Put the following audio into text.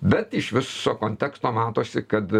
bet iš viso konteksto matosi kad